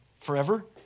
forever